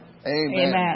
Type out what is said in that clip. Amen